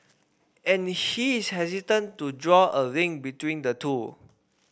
and he is hesitant to draw a link between the two